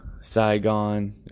Saigon